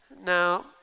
Now